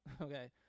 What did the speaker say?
Okay